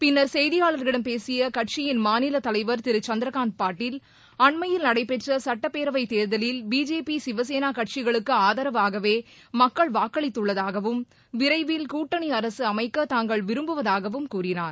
பின்னர் செய்தியாளர்களிடம் பேசிய கட்சியின் மாநில தலைவர் திரு சந்திரகாந்த் பாட்டீல் அண்மையில் நடைபெற்ற சுட்டப்பேரவைத்தேர்தலில் பிஜேபி சிவசேளா கட்சிகளுக்கு ஆதரவாகவே மக்கள் வாக்களித்துள்ளதாகவும் விரைவில் கூட்டணி அரசு அமைக்க தாங்கள் விரும்புவதாகவும் கூறினார்